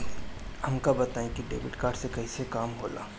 हमका बताई कि डेबिट कार्ड से कईसे काम होला?